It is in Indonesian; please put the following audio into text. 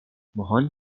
mohon